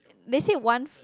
they said one f~